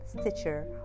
Stitcher